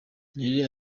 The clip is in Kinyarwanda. nirere